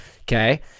Okay